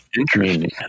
interesting